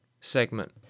segment